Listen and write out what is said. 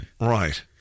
Right